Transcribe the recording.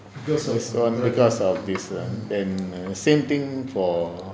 this [one] because of this and same thing for